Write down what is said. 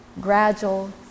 gradual